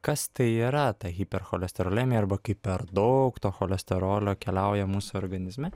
kas tai yra ta hipercholesterolemija arba kai per daug to cholesterolio keliauja mūsų organizme